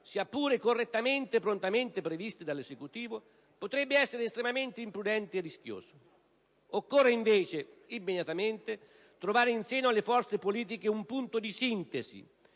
sia pure correttamente e prontamente previste dall'Esecutivo, potrebbe essere estremamente imprudente e rischioso. Occorre invece, immediatamente, trovare in seno alle forze politiche un punto di sintesi